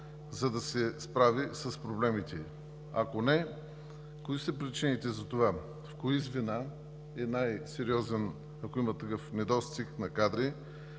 за да се справи с проблемите? Ако не, кои са причините за това? В кои звена е най-сериозен, ако има такъв недостиг на кадри?